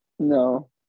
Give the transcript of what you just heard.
No